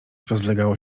rozlegało